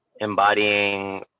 embodying